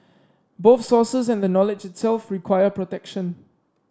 both sources and the knowledge itself require protection